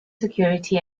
security